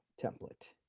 template.